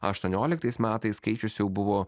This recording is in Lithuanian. aštuonioliktais metais skaičius jau buvo